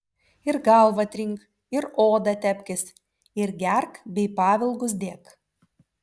ir galvą trink ir odą tepkis ir gerk bei pavilgus dėk